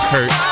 Kurt